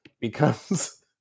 becomes